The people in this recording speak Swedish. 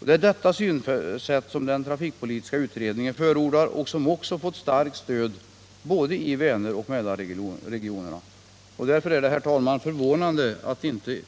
Det är detta synsätt som den trafikpolitiska utredningen förordar och som också fått så starkt stöd i både Väneroch Mälarregionerna. Därför är det förvånande att vi inte